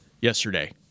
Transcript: yesterday